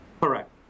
Correct